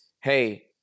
hey